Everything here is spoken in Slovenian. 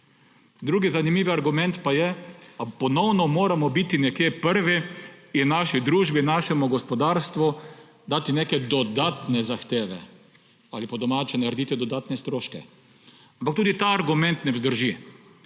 Drugi zanimiv argument pa je, da ponovno moramo biti nekje prvi in naši družbi, našemu gospodarstvu dati neke dodatne zahteve ali, do domače, narediti dodatne stroške. Ampak tudi ta argument ne vzdrži.